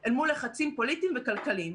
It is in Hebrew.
אל מול לחצים פוליטיים וכלכליים.